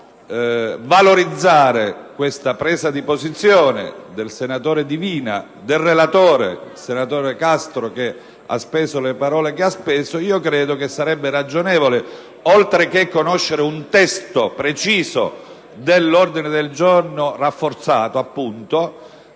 valorizzare la presa di posizione del senatore Divina e del relatore senatore Castro, che ha speso le parole che ha speso, credo sarebbe ragionevole conoscere, oltre che un testo preciso dell'ordine del giorno rafforzato, anche